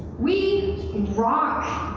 we rock,